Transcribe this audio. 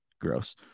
gross